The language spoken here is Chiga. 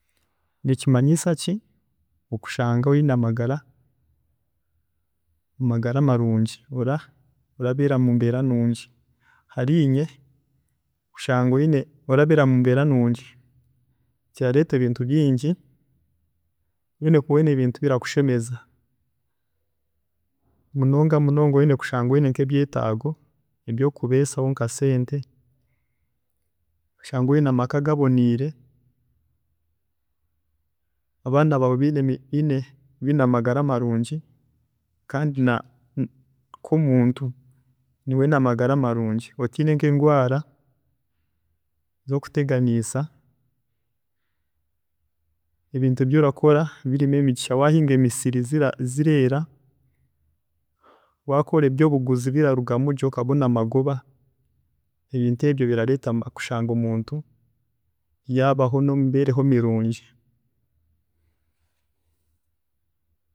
﻿Nikimanyisa ki okushanga oyine amagara, amagara marungi orabeera mumbeera nungi, harinye kushanga orabeera mumbeera nungi kirareetwa ebintu bingi nyine kuba oyine ebintu ebirakushemeza munonga munonga oyine kushanga oyine nkebyeetaago ebyokukubeesaho nka sente, oshange oyine amaka gaboniire, abaana baawe biine biine biine amagara marungi kandi naiwe nkomuntu naiwe oyine amagara marungi otiine nkendwaara ezokuteganisa, ebintu ebi orakora birimu emigisha, wahinga emisiri zi- zireera, waakora ebyobuguzi birarugamu gye okabona amagoba, ebintu ebyo birareeta kushanga omuntu yaabeeraho nomumibeere mirungi.